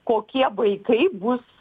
kokie vaikai bus